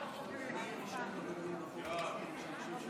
כל הכבוד, מירב.